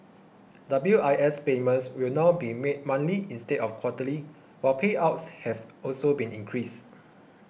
W I S payments will now be made monthly instead of quarterly while payouts have also been increased